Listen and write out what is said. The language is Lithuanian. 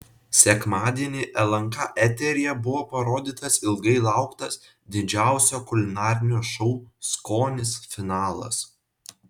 sekmadienį lnk eteryje buvo parodytas ilgai lauktas didžiausio kulinarinio šou skonis finalas